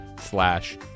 slash